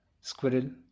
squirrel